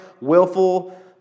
willful